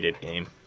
game